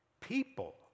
people